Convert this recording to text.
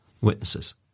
witnesses